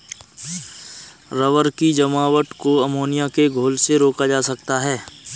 rubber की जमावट को अमोनिया के घोल से रोका जा सकता है